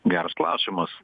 geras klausimas